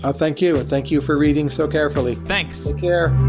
ah thank you. but thank you for reading so carefully thanks. yeah